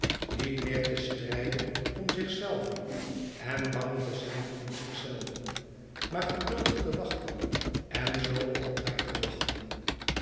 niet meer te strijden om zichzelven en bang te zijn om zichzelven maar geduldig te wachten en zoo altijd te wachten